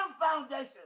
foundation